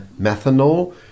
methanol